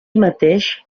mateix